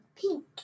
Pink